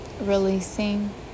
releasing